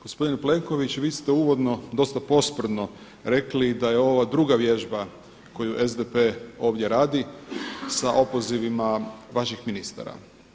Gospodine Plenković, vi ste uvodno, dosta posprdno rekli da je ovo druga vježba koju SPD ovdje radi sa opozivima vaših ministara.